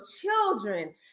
children